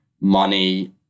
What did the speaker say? money